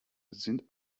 sind